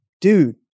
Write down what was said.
dude